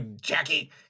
jackie